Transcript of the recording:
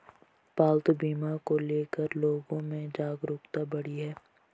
पालतू बीमा को ले कर लोगो में जागरूकता बढ़ी है